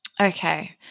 Okay